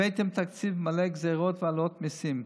הבאתם תקציב מלא גזרות והעלאות מיסים,